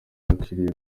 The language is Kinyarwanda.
yakiriye